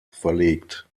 verlegt